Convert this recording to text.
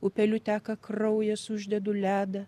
upeliu teka kraujas uždedu ledą